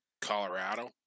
Colorado